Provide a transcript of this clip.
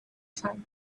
sun